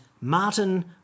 Martin